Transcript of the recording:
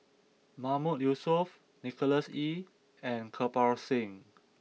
Mahmood Yusof Nicholas Ee and Kirpal Singh